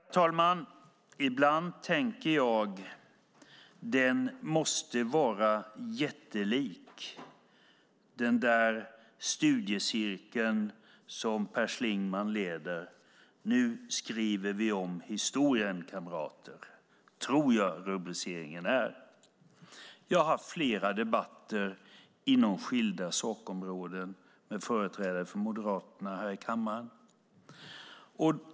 Herr talman! Ibland tänker jag: Den måste vara jättelik, den där studiecirkeln som Per Schlingmann leder: Nu skriver vi om historien, kamrater! Så tror jag att rubriceringen är. Jag har haft flera debatter inom skilda sakområden med företrädare för Moderaterna här i kammaren.